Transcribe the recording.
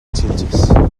xilxes